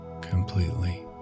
completely